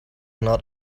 not